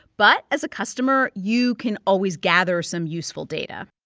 but as a customer, you can always gather some useful data